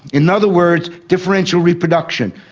in other words, differential reproduction.